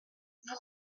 vous